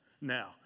now